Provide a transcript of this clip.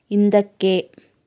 ಹಿಂದಕ್ಕೆ